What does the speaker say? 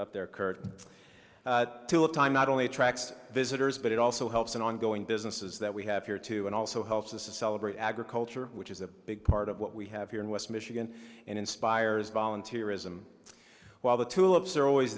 up there current to a time not only attracts visitors but it also helps in ongoing businesses that we have here too and also helps us to celebrate agriculture which is a big part of what we have here in west michigan and inspires volunteer ism while the tulips are always